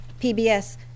PBS